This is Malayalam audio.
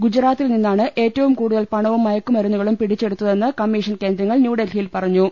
ഗുജറാത്തിൽ നിന്നാണ് ഏറ്റവും കൂടുതൽ പണവും മയക്കുമരുന്നുകളും പിടിച്ചെടുത്തതെന്ന് കമ്മീ ഷൻ കേന്ദ്രങ്ങൾ ന്യൂഡൽഹിയിൽ പറഞ്ഞു